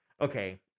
Okay